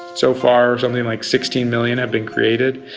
so far it's only like sixteen million have been created,